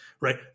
right